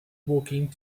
walking